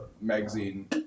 magazine